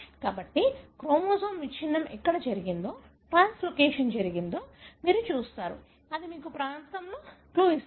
కాబట్టి క్రోమోజోమ్ విచ్ఛిన్నం ఎక్కడ జరిగిందో ట్రాన్స్లోకేషన్ జరిగిందో మీరు చూస్తారు అది మీకు ఏ ప్రాంతంలో క్లూ ఇస్తుంది